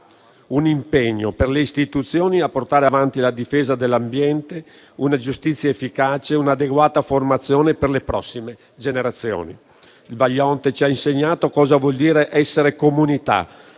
un impegno per le istituzioni a portare avanti la difesa dell'ambiente, una giustizia efficace e un'adeguata formazione per le prossime generazioni. Il Vajont ci ha insegnato cosa vuol dire essere comunità,